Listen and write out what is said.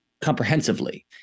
comprehensively